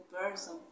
person